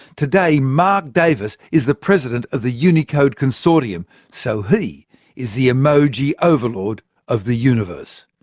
today, mark davis is the president of the unicode consortium so he is the emoji overlord of the universe.